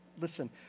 listen